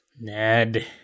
Ned